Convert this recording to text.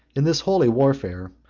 in this holy warfare,